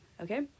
okay